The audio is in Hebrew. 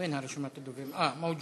אני אקריא את השמות ברצף, ומי שנמצא